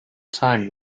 time